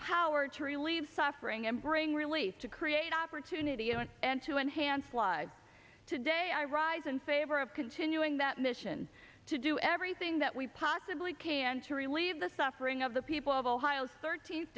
power to relieve suffering and bring relief to create opportunity and to enhance flood today i rise in favor of continuing that mission to do everything that we possibly can to relieve the suffering of the people of ohio